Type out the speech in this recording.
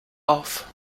auf